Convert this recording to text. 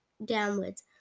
downwards